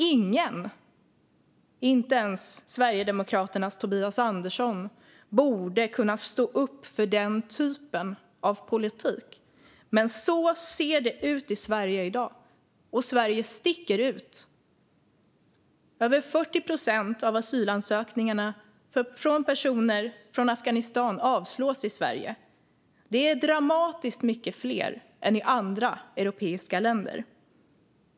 Ingen, inte ens Sverigedemokraternas Tobias Andersson, borde kunna stå upp för denna politik. Men så ser det ut i Sverige i dag, och Sverige sticker ut. Över 40 procent av asylansökningarna från personer från Afghanistan avslås i Sverige. Det är dramatiskt mycket mer än i andra europeiska länder.